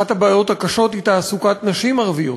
אחת הבעיות הקשות היא תעסוקת נשים ערביות.